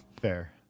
Fair